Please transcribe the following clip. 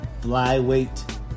Flyweight